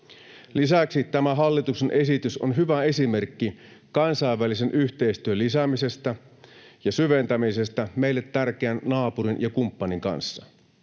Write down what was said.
Lisäksi tämä hallituksen esitys on hyvä esimerkki kansainvälisen yhteistyön lisäämisestä ja syventämisestä meille tärkeän naapurin ja kumppanin kanssa.